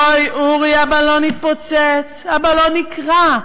אוי, אורי, הבלון התפוצץ, הבלון נקרע.